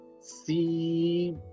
See